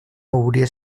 hauria